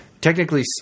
Technically